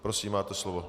Prosím, máte slovo.